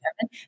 Kevin